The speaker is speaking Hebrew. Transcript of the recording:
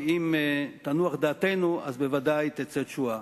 ואם תנוח דעתנו, אז בוודאי תצא תשועה.